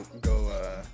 go